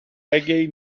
reggae